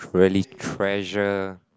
really treasure